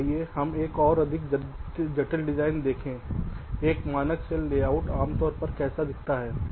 तो आइए हम एक अधिक जटिल डिजाइन देखें एक मानक सेल लेआउट आमतौर पर कैसा दिखता है